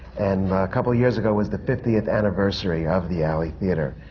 and a couple years ago was the fiftieth anniversary of the alley theatre.